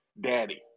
daddy